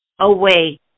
away